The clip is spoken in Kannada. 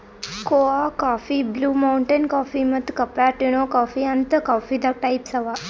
ಕೋಆ ಕಾಫಿ, ಬ್ಲೂ ಮೌಂಟೇನ್ ಕಾಫೀ ಮತ್ತ್ ಕ್ಯಾಪಾಟಿನೊ ಕಾಫೀ ಅಂತ್ ಕಾಫೀದಾಗ್ ಟೈಪ್ಸ್ ಅವಾ